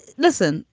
listen,